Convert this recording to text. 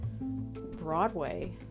Broadway